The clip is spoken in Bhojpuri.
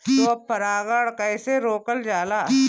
स्व परागण कइसे रोकल जाला?